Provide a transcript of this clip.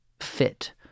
fit